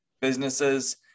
businesses